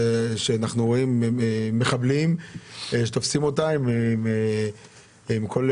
אנחנו רואים מחבלים שתופסים אותם עם נשק.